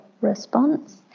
response